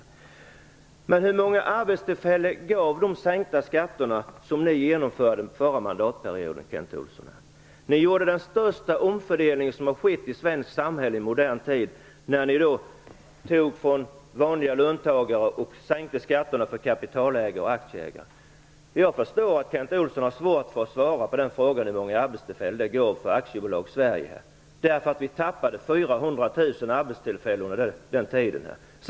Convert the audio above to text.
Hur många arbetstillfällen gav de sänkta skatter som ni genomdrev förra mandatperioden, Kent Olsson? Ni gjorde den största omfördelningen som har skett i svenskt samhälle i modern tid när ni tog från vanliga löntagare och sänkte skatterna för kapitalägare och aktieägare. Jag förstår att Kent Olsson har svårt att svara på frågan hur många arbetstillfällen det gav för AB Sverige. Vi tappade 400 000 arbetstillfällen under den tiden.